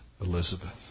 Elizabeth